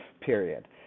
period